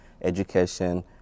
education